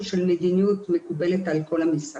צריך להיות משהו של מדיניות מקובלת על כל המשרדים.